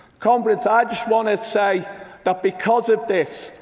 comrades, i just want to say that because of this,